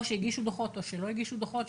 או שהגישו דוחות, או שלא הגישו דוחות.